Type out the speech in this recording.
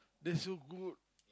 that's so good